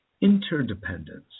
Interdependence